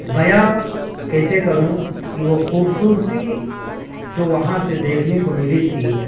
بیاں کیسے کروں کہ وہ خوبصورتی جو وہاں سے دیکھنے کو ملی تھی